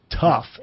tough